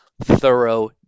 thorough